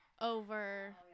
over